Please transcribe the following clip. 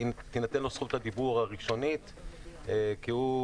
תינתן לו זכות הדיבור הראשונית כי הוא